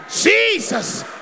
Jesus